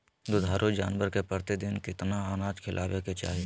दुधारू जानवर के प्रतिदिन कितना अनाज खिलावे के चाही?